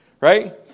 right